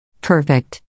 Perfect